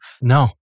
No